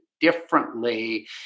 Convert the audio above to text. differently